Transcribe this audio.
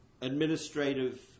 administrative